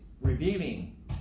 revealing